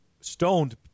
stoned